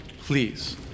please